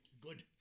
Good